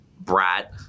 Brat